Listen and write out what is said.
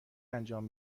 انجام